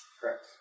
correct